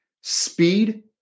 speed